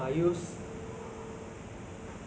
like the peninsula the second